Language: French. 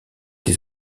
des